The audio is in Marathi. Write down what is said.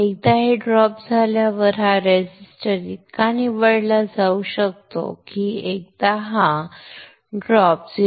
एकदा हे ड्रॉप झाल्यावर हा रेझिस्टर इतका निवडला जाऊ शकतो की एकदा हा ड्रॉप 0